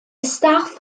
staff